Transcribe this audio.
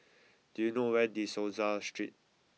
do you know where De Souza Street